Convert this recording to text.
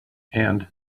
and